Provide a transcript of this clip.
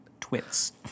twits